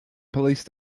police